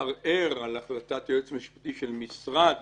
כדי לערער על החלטת יועץ משפטי של משרד